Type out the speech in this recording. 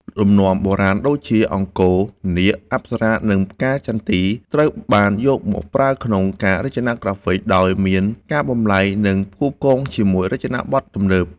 លំនាំបុរាណដូចជា អង្គរ នាគ អប្សរា និងផ្កាចន្ទី ត្រូវបានយកមកប្រើក្នុងការរចនាក្រាហ្វិកដោយមានការបំប្លែង និងផ្គូផ្គងជាមួយរចនាបថទំនើប។